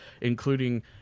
including